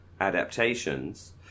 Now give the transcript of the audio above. adaptations